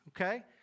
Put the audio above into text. okay